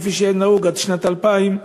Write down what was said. כפי שהיה נהוג עד שנת 2000,